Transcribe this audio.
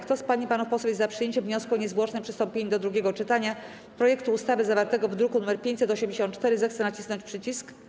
Kto z pań i panów posłów jest za przyjęciem wniosku o niezwłoczne przystąpienie do drugiego czytania projektu ustawy zawartego w druku nr 584, zechce nacisnąć przycisk.